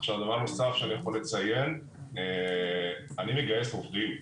דבר נוסף שאני יכול לציין אני מגייס עובדים,